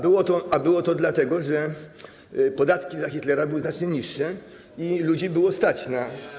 Było tak dlatego, że podatki za Hitlera były znacznie niższe i ludzi było stać na.